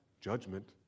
judgment